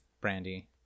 Brandy